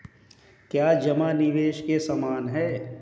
क्या जमा निवेश के समान है?